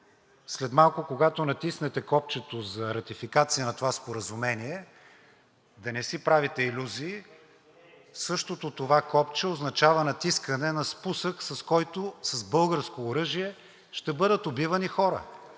след малко, когато натиснете копчето за ратификация на това споразумение, да не си правите илюзии – същото това копче означава натискане на спусък, с който, с българско оръжие ще бъдат убивани хора.